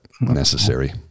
necessary